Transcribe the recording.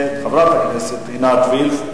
חברת הכנסת עינת וילף.